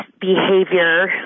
behavior